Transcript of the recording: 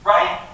Right